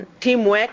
teamwork